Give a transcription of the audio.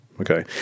Okay